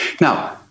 Now